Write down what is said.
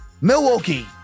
Milwaukee